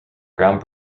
ground